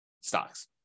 stocks